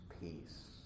peace